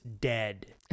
dead